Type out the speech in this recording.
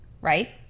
right